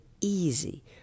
easy